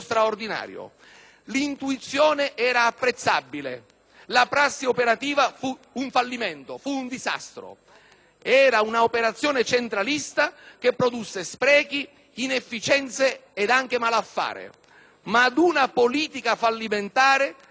la prassi operativa fu un fallimento, un disastro. Era un'operazione centralista che produsse sprechi, inefficienze ed anche malaffare. Ma ad una politica fallimentare si è sostituita l'assenza di qualsiasi politica.